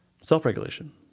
self-regulation